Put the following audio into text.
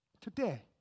today